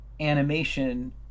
animation